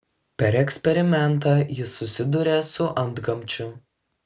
per eksperimentą jis susiduria su antgamčiu